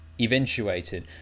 eventuated